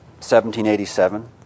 1787